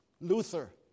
Luther